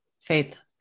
faith